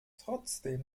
trotzdem